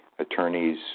attorneys